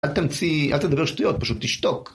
אל תמציא, אל תדבר שטויות, פשוט תשתוק.